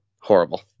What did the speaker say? horrible